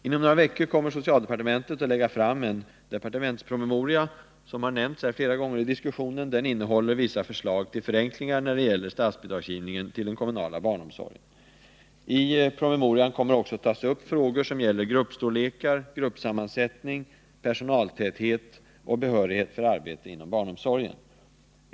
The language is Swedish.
Inom några veckor kommer socialdepartementet att lägga fram en departementspromemoria, vilken har nämnts flera gånger i diskussionen i dag. Den innehåller vissa förslag till förenklingar när det gäller statsbidragsgivningen till den kommunala barnomsorgen. I promemorian kommer också att tas upp frågor som gäller gruppstorlekar, gruppsammansättningar, personaltäthet och behörighet för arbete inom barnomsorgen.